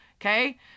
okay